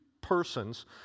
persons